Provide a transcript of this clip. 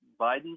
Biden